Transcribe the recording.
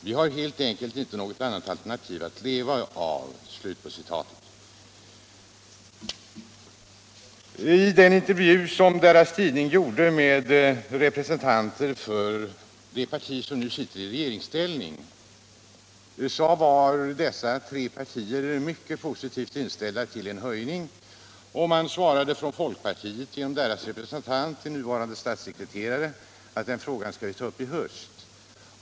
Vi har helt enkelt inte något annat alternativ att leva av.” I den intervju — kort före riksdagsvalet — som AMU-elevernas tidning gjorde med representanter för de partier som nu sitter i regeringsställning var dessa tre partier mycket positivt inställda till en höjning av bidraget. Folkpartiets representant, nuvarande statssekreteraren i arbetsmarknadsdepartementet, svarade att den frågan skall vi ta upp i höst.